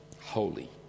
holy